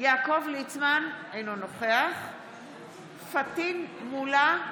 יעקב ליצמן, אינו נוכח פטין מולא,